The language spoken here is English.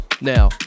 Now